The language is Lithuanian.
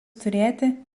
turėti